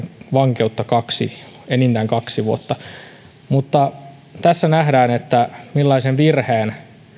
vankeutta enintään kaksi vuotta mutta tässä nähdään millaisen virheen